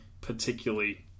particularly